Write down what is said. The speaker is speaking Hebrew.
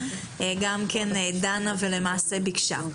גם כן דנה למעשה ביקשה,